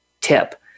tip